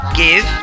give